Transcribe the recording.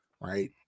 right